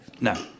No